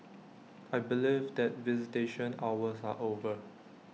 I believe that visitation hours are over